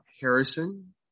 Harrison